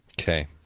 Okay